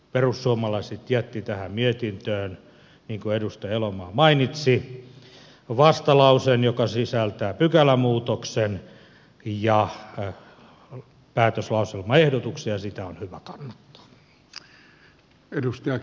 perussuomalaiset jättivät tähän mietintöön niin kuin edustaja elomaa mainitsi vastalauseen joka sisältää pykälämuutoksen ja päätöslauselmaehdotuksen ja sitä on hyvä kannattaa